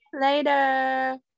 later